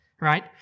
Right